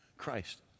Christ